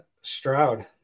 Stroud